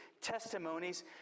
testimonies